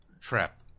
trap